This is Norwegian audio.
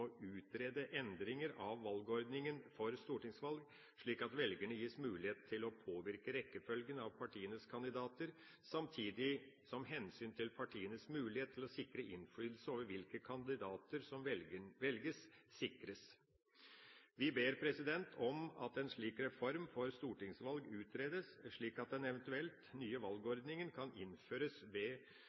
utrede endringer av valgordningen for stortingsvalg, slik at velgerne gis mulighet til å påvirke rekkefølgen av partienes kandidater, samtidig som hensyn til partienes mulighet til å sikre innflytelse over hvilke kandidater som velges, sikres. Vi ber om at en slik reform for stortingsvalg utredes, slik at en eventuelt ny valgordning kan